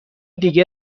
دیگه